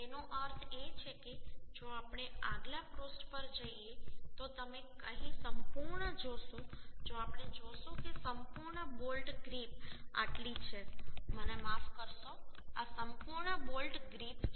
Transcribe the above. તેનો અર્થ એ છે કે જો આપણે આગલા પૃષ્ઠ પર જઈએ તો તમે અહીં સંપૂર્ણ જોશો જો આપણે જોશું કે સંપૂર્ણ બોલ્ટ ગ્રિપ આટલી છે મને માફ કરશો આ સંપૂર્ણ બોલ્ટ ગ્રીપ છે